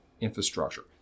infrastructure